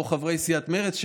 וכמו חברי סיעת מרצ,